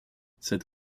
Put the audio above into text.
cette